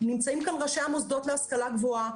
נמצאים כאן ראשי המוסדות להשכלה גבוהה,